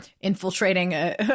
infiltrating